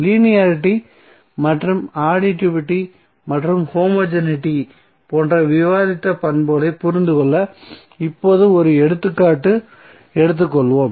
linearity மற்றும் additivity மற்றும் homogeneity போன்ற விவாதித்த பண்புகளைப் புரிந்துகொள்ள இப்போது ஒரு எடுத்துக்காட்டு எடுத்துக்கொள்வோம்